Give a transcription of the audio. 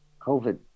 COVID